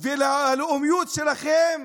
הלאומיות שלכם